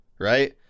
Right